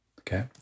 Okay